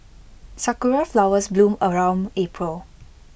Sakura Flowers bloom around April